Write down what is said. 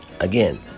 again